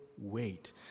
wait